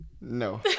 No